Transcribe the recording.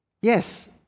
Yes